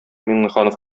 миңнеханов